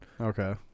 Okay